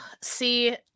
See